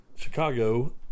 Chicago